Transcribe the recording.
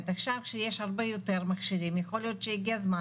עכשיו כשיש הרבה יותר מכשירים יכול להיות שהגיע הזמן